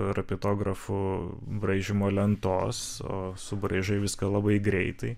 rapitografu braižymo lentos o subraižai viską labai greitai